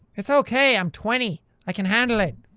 it's ok. i'm twenty. i can handle it.